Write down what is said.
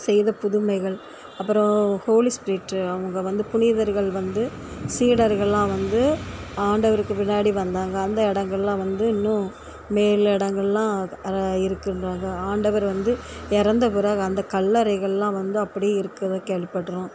செய்த புதுமைகள் அப்புறம் ஹோலி ஸ்பிரிட் அவங்க வந்து புனிதர்கள் வந்து சீடர்கள்லாம் வந்து ஆண்டவருக்கு பின்னாடி வந்தாங்க அந்த இடங்கள்லாம் வந்து இன்னும் மேல் இடங்கள்லாம் இருக்கின்றாங்க ஆண்டவர் வந்து இறந்த பிறகு அந்த கல்லறைகள்லாம் வந்து அப்படி இருக்கிறதா கேள்விப்பட்டோம்